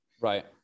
Right